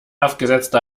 aufgesetzte